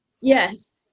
yes